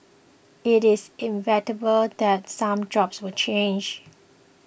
it is inevitable that some jobs will change